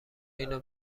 اینو